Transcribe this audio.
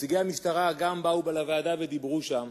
נציגי המשטרה גם באו לוועדה ודיברו שם.